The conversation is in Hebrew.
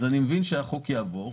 אני מבין שהחוק יעבור.